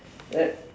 ya